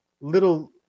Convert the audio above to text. little